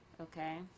Okay